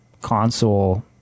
console